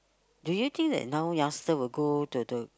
do you think that now youngster will go to the